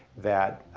that